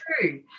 true